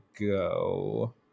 go